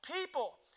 people